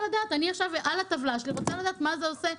על הטבלה שלי אני רוצה לדעת מה זה עושה,